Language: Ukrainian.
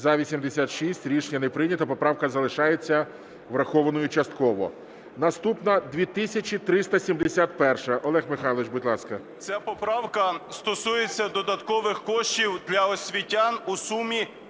За-86 Рішення не прийнято. Поправка залишається врахованою частково. Наступна 2371-а. Олег Михайлович, будь ласка. 13:50:31 СИНЮТКА О.М. Ця поправка стосується додаткових коштів для освітян в сумі